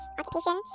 occupation